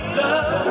love